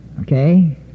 okay